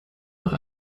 noch